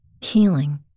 healing